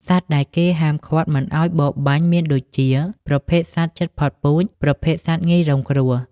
សត្វដែលគេហាមឃាត់មិនឲ្យបរបាញ់មមានដូចជា ប្រភេទសត្វជិតផុតពូជ ប្រភេទសត្វងាយរងគ្រោះ។